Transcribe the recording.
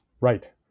Right